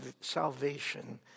salvation